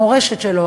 המורשת שלו,